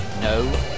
No